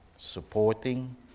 Supporting